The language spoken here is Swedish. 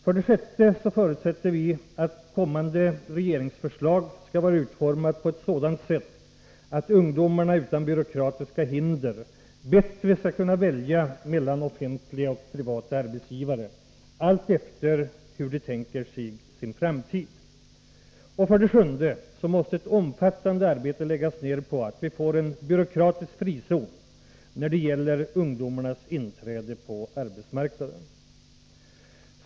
För det sjätte förutsätter vi att kommande regeringsförslag skall vara utformat på ett sådant sätt att ungdomarna utan byråkratiska hinder bättre skall kunna välja mellan offentliga och privata arbetsgivare, alltefter hur de tänker sig sin framtid. För det sjunde måste ett omfattande arbete läggas ner på att vi får ”en byråkratisk frizon” när det gäller ungdomarnas inträde på arbetsmarknaden.